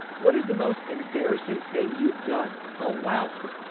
what is the most embarrassing thing you've done? oh wow.